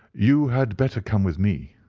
you had better come with me,